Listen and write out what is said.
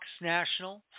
National